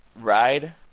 ride